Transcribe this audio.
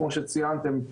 כמו שציינתם,